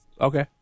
Okay